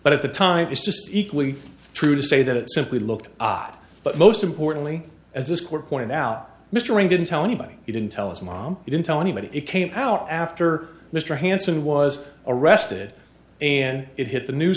but at the time it's just equally true to say that it simply looked up but most importantly as this court point out mr ring didn't tell anybody he didn't tell his mom he didn't tell anybody it came out after mr hanssen was arrested and it hit the new